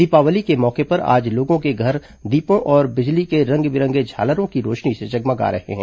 दीपावली के मौके पर आज लोगों के घर दीपों और बिजली के रंग बिरंगे झालरों की रोशनी से जगमगा रहे हैं